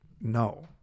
no